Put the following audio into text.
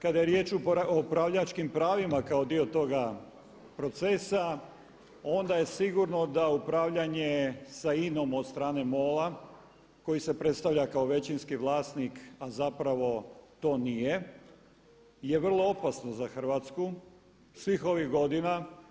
Kada je riječ o upravljačkim pravima kao dio toga procesa onda je sigurno da upravljanje sa INA-om od strane MOL-a koji se predstavlja kao većinski vlasnik a zapravo to nije je vrlo opasno za Hrvatsku svih ovih godina.